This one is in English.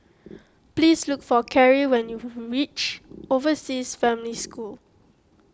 please look for Carrie when you reach Overseas Family School